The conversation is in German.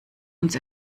uns